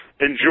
Enjoy